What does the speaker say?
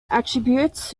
attributes